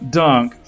dunk